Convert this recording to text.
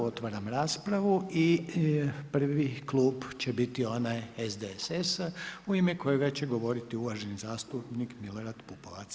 Otvaram raspravu i prvi klub će biti onaj SDSS-a u ime kojega će govoriti uvaženi zastupnik Milorad Pupovac.